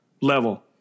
level